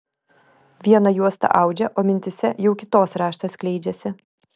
vieną juostą audžia o mintyse jau kitos raštas skleidžiasi